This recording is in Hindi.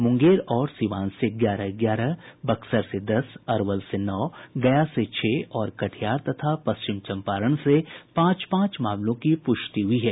मुंगेर और सीवान से ग्यारह ग्यारह बक्सर से दस अरवल से नौ गया से छह और कटिहार तथा पश्चिम चंपारण से पांच पांच मामलों की पुष्टि हुई है